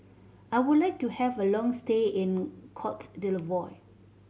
I would like to have a long stay in Cote D'Ivoire